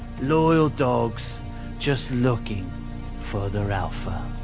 loyal dogs just looking for their alpha.